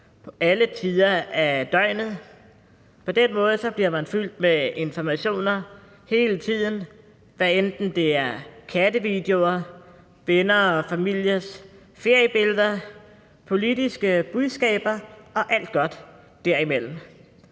på alle tider af døgnet. På den måde bliver man fyldt med informationer hele tiden, hvad enten det er kattevideoer, venners og familiers feriebilleder, politiske budskaber og alt godt derimellem.